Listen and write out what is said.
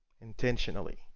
intentionally